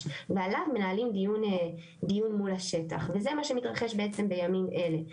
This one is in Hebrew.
ועליו מעלים דיון מול השטח וזה מה שמתרחש בעצם בימים אלה.